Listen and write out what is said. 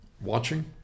watching